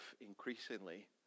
increasingly